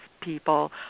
people